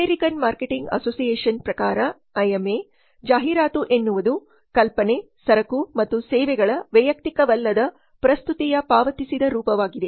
American marketing association ಪ್ರಕಾರ AMA ಜಾಹೀರಾತು ಎನ್ನುವುದು ಕಲ್ಪನೆ ಸರಕು ಮತ್ತು ಸೇವೆಗಳ ವೈಯಕ್ತಿಕವಲ್ಲದ ಪ್ರಸ್ತುತಿಯ ಪಾವತಿಸಿದ ರೂಪವಾಗಿದೆ